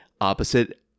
opposite